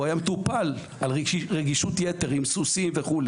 היה מטופל על רגישות יתר עם סוסים וכו'